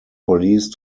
police